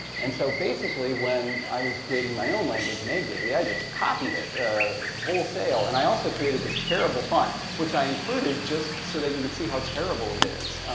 and so basically, when i was creating my own language, megdevi, i just copied it wholesale. and i also created this terrible font, which i included just so that you could see how terrible it is.